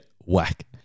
whack